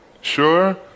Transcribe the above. Sure